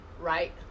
Right